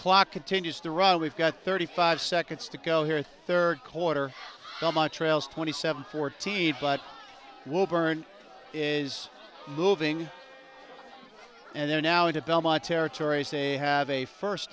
clock continues to run we've got thirty five seconds to go here third quarter so much trails twenty seven fourteen but will burn is moving and they're now into belmont territories they have a first